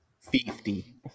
Fifty